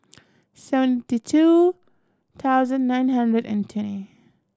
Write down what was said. seventy two thousand nine hundred and twenty